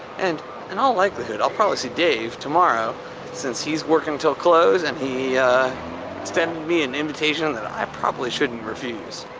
and and all likelihood, i'll probably see dave tomorrow since he's working til close and he extended me an invitation that i probably shouldn't refuse.